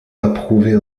approuvait